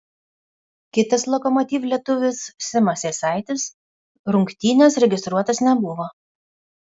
kitas lokomotiv lietuvis simas jasaitis rungtynės registruotas nebuvo